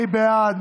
מי בעד?